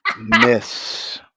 Miss